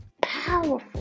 powerful